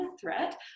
threat